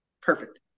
Perfect